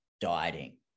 dieting